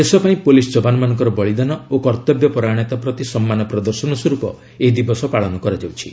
ଦେଶ ପାଇଁ ପୋଲିସ ଯବାନମାନଙ୍କର ବଳିଦାନ ଓ କର୍ତ୍ତବ୍ୟପରାୟଣତା ପ୍ରତି ସମ୍ମାନ ପ୍ରଦର୍ଶନ ସ୍ୱରୂପ ଏହି ଦିବସ ପାଳନ କରାଯାଉଛି